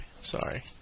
sorry